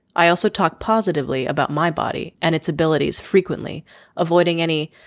i also talk positively about my body and its abilities frequently avoiding any.